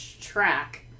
track